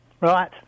Right